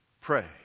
Pray